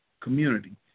community